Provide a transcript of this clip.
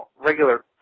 regular